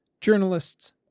journalists